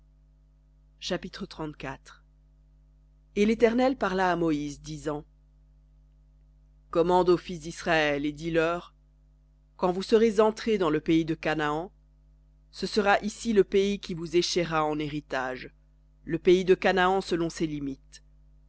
chapitre et l'éternel parla à moïse disant commande aux fils d'israël et dis-leur quand vous serez entrés dans le pays de canaan ce sera ici le pays qui vous écherra en héritage le pays de canaan selon ses limites